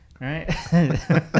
right